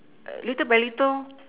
little by little